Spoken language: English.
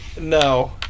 No